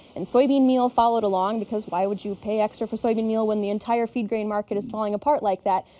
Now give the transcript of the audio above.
and soybean meal followed along because why would you pay extra for soybean meal when the entire feed grain market is falling apart like that?